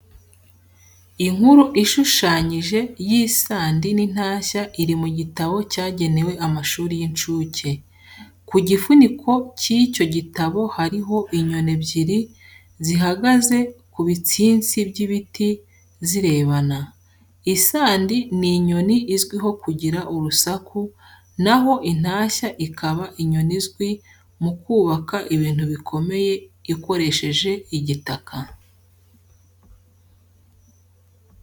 Inkuru ishushanyije y'isandi n'intashya iri mu gitabo cyagenewe amashuri y'incuke. Ku gifuniko cy'icyo gitabo hariho inyoni ebyiri zihagaze ku bitsinsi by'ibiti zirebana. Isandi ni inyoni izwiho kugira urusaku na ho intashya ikaba inyoni izwi mu kubaka ibintu bikomeye ikoresheje igitaka.